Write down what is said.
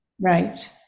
Right